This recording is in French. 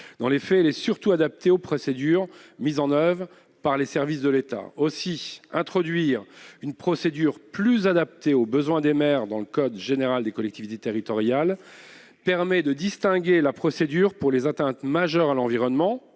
Dans les faits, elle est surtout adaptée aux procédures mises en oeuvre par les services de l'État. Introduire une procédure plus adaptée aux besoins des maires dans le code général des collectivités territoriales permettrait de distinguer la procédure pour les atteintes majeures à l'environnement,